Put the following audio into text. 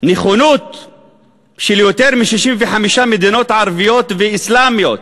נכונות של יותר מ-65 מדינות ערביות ואסלאמיות,